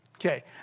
Okay